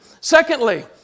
Secondly